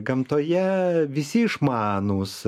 gamtoje visi išmanūs